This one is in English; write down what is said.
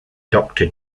doctor